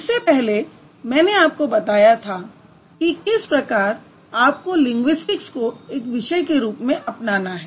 इससे पहले मैंने आपको बताया था कि किस प्रकार आपको लिंगुइस्टिक्स को एक विषय के रूप में अपनाना है